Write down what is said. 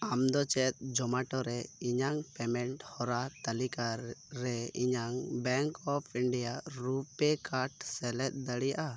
ᱟᱢᱫᱚ ᱪᱮᱫ ᱡᱳᱢᱮᱴᱳ ᱨᱮ ᱤᱧᱟᱹᱜ ᱯᱮᱢᱮᱱᱴ ᱦᱚᱨᱟ ᱛᱟᱞᱤᱠᱟᱨᱮ ᱤᱧᱟᱹᱜ bank of India RuPay card ᱥᱮᱞᱮᱫ ᱫᱟᱲᱮᱭᱟᱜᱼᱟ